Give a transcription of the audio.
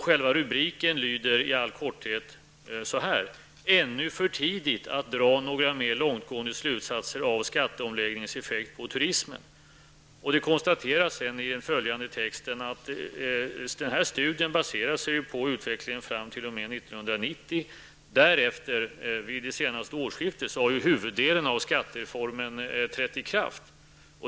Själva rubriken lyder i all korthet: ''Ännu för tidigt att dra några mer långtgående slutsatser av skatteomläggningens effekt på turismen''. Det konstateras sedan i den följande texten att studien baserar sig på utvecklingen fram t.o.m. 1990. Därefter, vid det senaste årsskiftet, har huvuddelen av skattereformen trätt i kraft.